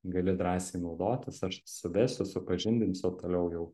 gali drąsiai naudotis aš suvesiu supažindinsiu o toliau jau